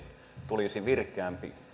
tulisi virkeämpi